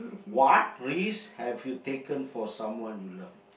what risk have you taken for someone you love